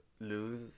lose